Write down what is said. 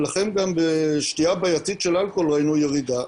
ולכן גם בשתייה בעייתית של אלכוהול ראינו ירידה,